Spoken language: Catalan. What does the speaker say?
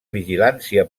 vigilància